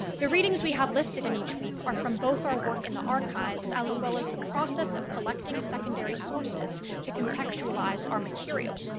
the readings we have listed in each week are from both our work in the archives as well as the process of collecting secondary sources to contextualize our material.